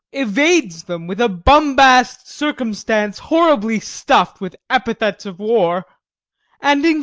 evades them, with a bumbast circumstance horribly stuff'd with epithets of war and,